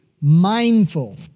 mindful